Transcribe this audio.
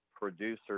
producers